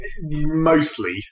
Mostly